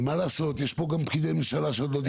ומה לעשות, יש פה גם פקידי ממשלה שעוד לא דיברו.